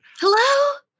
Hello